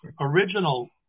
original